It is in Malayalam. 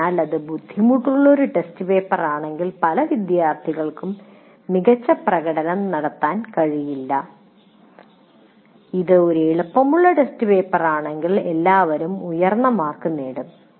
അതിനാൽ ഇത് ബുദ്ധിമുട്ടുള്ള ഒരു ടെസ്റ്റ് പേപ്പറാണെങ്കിൽ പല വിദ്യാർത്ഥികൾക്കും മികച്ച പ്രകടനം നടത്താൻ കഴിയില്ല ഇത് ഒരു എളുപ്പമുള്ള ടെസ്റ്റ് പേപ്പറാണെങ്കിൽ എല്ലാവരും ഉയർന്ന മാർക്ക് നേടും